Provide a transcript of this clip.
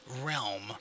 realm